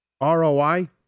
ROI